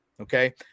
Okay